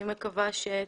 אני מקווה ש --- כן,